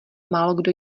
málokdo